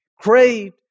crave